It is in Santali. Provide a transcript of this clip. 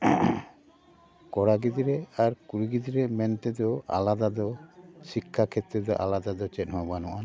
ᱠᱚᱲᱟ ᱜᱚᱫᱽᱨᱟᱹ ᱟᱨ ᱠᱩᱲᱤ ᱜᱤᱫᱽᱨᱟᱹ ᱢᱮᱱ ᱛᱮᱫᱚ ᱟᱞᱟᱫᱟ ᱫᱚ ᱥᱤᱠᱽᱠᱷᱟ ᱠᱷᱮᱛᱨᱮ ᱫᱚ ᱟᱞᱟᱫᱟ ᱫᱚ ᱪᱮᱫ ᱦᱚᱸ ᱵᱟᱹᱱᱩᱜ ᱟᱱ